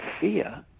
fear